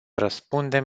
răspundem